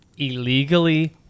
illegally